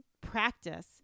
practice